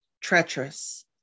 treacherous